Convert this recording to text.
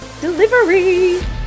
delivery